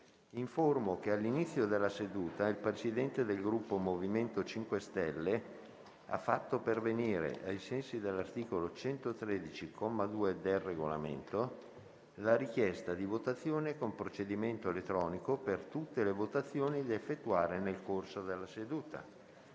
che all'inizio della seduta il Presidente del Gruppo MoVimento 5 Stelle ha fatto pervenire, ai sensi dell'articolo 113, comma 2, del Regolamento, la richiesta di votazione con procedimento elettronico per tutte le votazioni da effettuare nel corso della seduta.